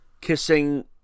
kissing